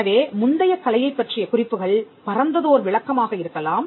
எனவே முந்தைய கலையைப் பற்றிய குறிப்புகள் பரந்ததோர் விளக்கமாக இருக்கலாம்